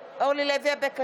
המציעים, יוראי ואלון